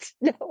No